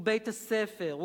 הוא בית-הספר,